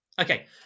Okay